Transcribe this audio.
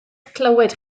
clywed